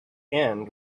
end